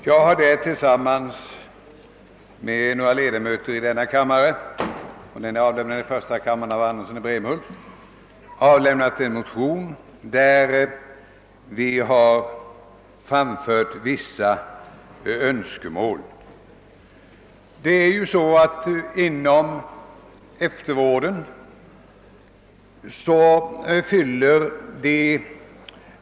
Jag har tillsammans med några andra ledamöter av denna kammare avlämnat en motion — en likalydande har väckts i första kammaren av herr Torsten Andersson i Brämhult — vari vi har framfört vissa önskemål.